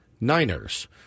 Niners